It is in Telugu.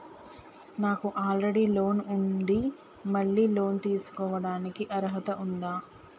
నాకు ఆల్రెడీ లోన్ ఉండి మళ్ళీ లోన్ తీసుకోవడానికి అర్హత ఉందా?